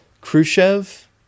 Khrushchev